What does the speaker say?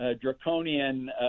draconian